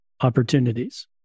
opportunities